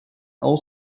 old